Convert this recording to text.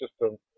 system